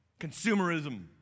consumerism